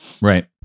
right